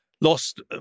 lost